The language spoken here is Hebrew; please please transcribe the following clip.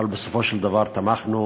אבל בסופו של דבר תמכנו,